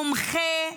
מומחה לילדים,